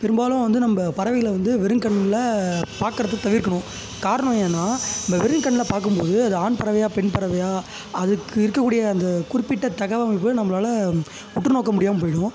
பெரும்பாலும் வந்து நம்ப பறவைகளை வந்து வெறும் கண்ணில் பார்க்கறது தவிர்க்கணும் காரணம் என்னன்னால் இந்த வெறும் கண்ணில் பார்க்கும்போது அது ஆண் பறவையா பெண் பறவையா அதுக்கு இருக்கக்கூடிய அந்த குறிப்பிட்ட தகவமைப்பை நம்பளால் உற்றுநோக்க முடியாமல் போய்விடும்